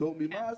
כפטור ממס,